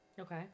Okay